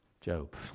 Job